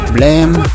Blame